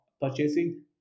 purchasing